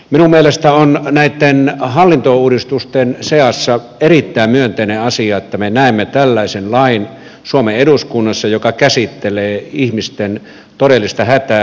minun mielestäni on näitten hallintouudistusten seassa erittäin myönteinen asia että me näemme suomen eduskunnassa tällaisen lain joka käsittelee ihmisten todellista hätää